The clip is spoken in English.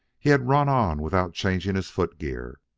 he had run on without changing his foot-gear,